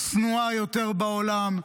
שנואה יותר בעולם,